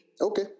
Okay